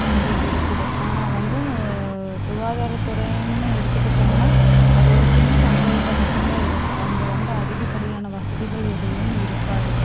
அங்கே இருக்குது ஆனால் வந்து சுகாதாரத்துறைன்னு எடுத்துக்கிட்டமுன்னால் அது ஒரு சின்ன பஞ்சாயத்தாக மட்டும்தான் இருக்குது அங்கே வந்து அதிகப்படியான வசதிகள் எதுவும் இருக்காது